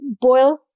boil